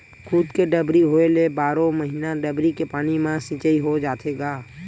खुद के डबरी होए ले बारो महिना डबरी के पानी म सिचई हो जाथे गा